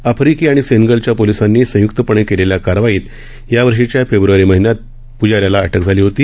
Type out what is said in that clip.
आफ्रिकी आणि सेनगलच्या पोलीसांनी संयक्तपणे केलेल्या कारवाईत यावर्षीच्या फेब्रवारी महिन्यात पुजारी याला अधिक झाली होती